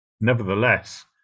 Nevertheless